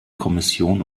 kommission